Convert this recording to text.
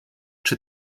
czy